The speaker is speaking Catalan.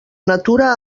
natura